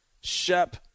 Shep